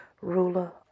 Ruler